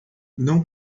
não